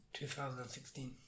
2016